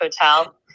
Hotel